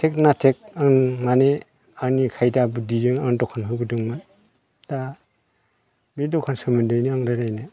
थेग नाथेग आं मानि आंनि खायदा बुधिजों आं दखान होबोदोंमोन दा बे दखान सोमोन्दैनो आं रायज्लायगोन